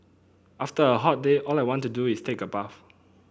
after a hot day all I want to do is take a bath